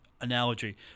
analogy